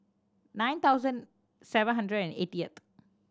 nine thousand seven hundred and eightieth